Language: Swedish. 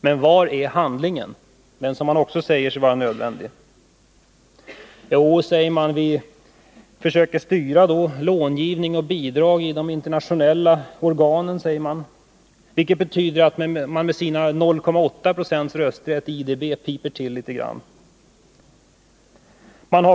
Men var är handlingen, som enligt utskottet också är nödvändig? Jo, utskottet säger att Sverige försöker styra långivning och bidragsgivning inom de internationella organen. Det betyder att Sverige med sin 0,8 90 rösträtt i IDB piper till litet grand.